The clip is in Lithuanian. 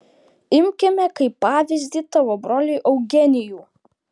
imkime kaip pavyzdį tavo brolį eugenijų